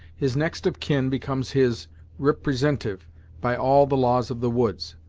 his next of kin becomes his riprisentyve by all the laws of the woods.